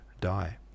die